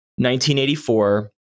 1984